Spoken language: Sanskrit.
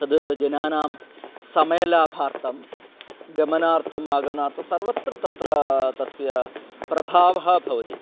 तद् जनानां समयलाभार्थं गमनार्थम् आगमनार्थं सर्वत्र तत्र तस्य प्रभावः भवति